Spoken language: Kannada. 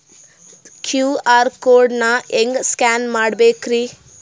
ಕ್ಯೂ.ಆರ್ ಕೋಡ್ ನಾ ಹೆಂಗ ಸ್ಕ್ಯಾನ್ ಮಾಡಬೇಕ್ರಿ?